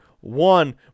one